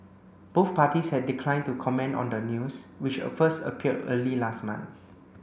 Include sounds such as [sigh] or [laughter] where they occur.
both parties had declined to comment on the news which [unintelligible] first appeared early last month